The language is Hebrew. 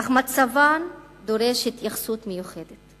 אך מצבן דורש התייחסות מיוחדת.